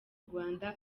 rwanda